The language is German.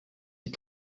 die